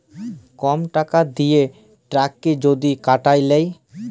কম টাকা দিঁয়ে ট্যাক্সকে যদি কাটায় লেই